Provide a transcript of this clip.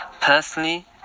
personally